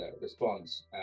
response